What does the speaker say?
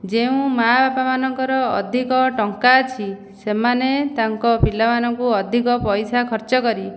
ଯେଉଁ ମା'ବାପାମାନଙ୍କର ଅଧିକ ଟଙ୍କା ଅଛି ସେମାନେ ତାଙ୍କ ପିଲାମାନଙ୍କୁ ଅଧିକ ପଇସା ଖର୍ଚ୍ଚ କରି